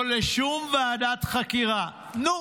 לא לשום ועדת חקירה, נו,